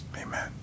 Amen